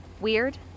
Weird